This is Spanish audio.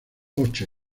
ocho